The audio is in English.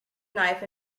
knife